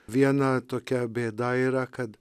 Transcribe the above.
viena tokia bėda yra kad